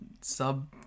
sub